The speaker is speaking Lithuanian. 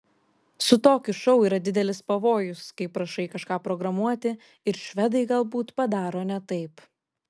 su tokiu šou yra didelis pavojus kai prašai kažką programuoti ir švedai galbūt padaro ne taip